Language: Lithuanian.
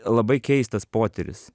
labai keistas potyris